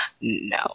No